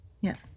yes